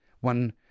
one